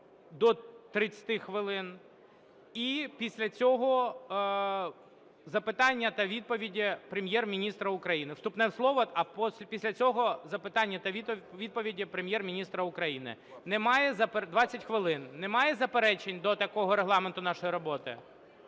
до 30 хвилин, і після цього запитання та відповіді Прем'єр-міністра, вступне слово, а після цього запитання та відповіді Прем'єр-міністра України - 20 хвилин. Немає заперечень до такого регламенту нашої роботи?